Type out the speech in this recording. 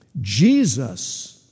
Jesus